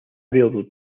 railroad